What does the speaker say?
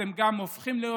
אתם גם הופכים להיות